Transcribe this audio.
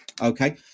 Okay